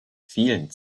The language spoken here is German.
vielen